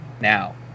now